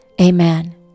Amen